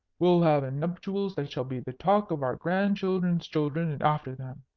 we'll have a nuptials that shall be the talk of our grandchildren's children, and after them.